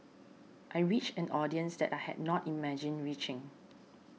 I reached an audience that I had not imagined reaching